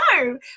no